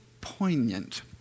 poignant